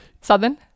southern